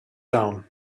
down